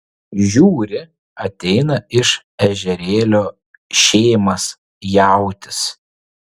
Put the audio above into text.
žiūri ateina iš ežerėlio šėmas jautis